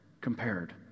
compared